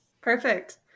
Perfect